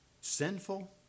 sinful